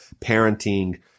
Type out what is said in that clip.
parenting